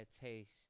taste